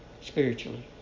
spiritually